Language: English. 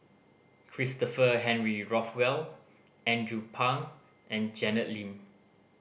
Christopher Henry Rothwell Andrew Phang and Janet Lim